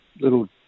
little